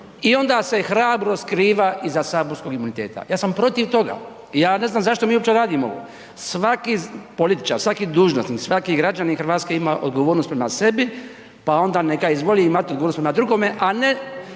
i onda se hrabro skriva iza saborskog imuniteta. Ja sam protiv toga i ja ne znam zašto mi uopće radimo ovo. Svaki političar, svaki dužnosnik, svaki građanin Hrvatske ima odgovornost prema sebi pa onda neka izvoli imati odgovornost prema drugome a ne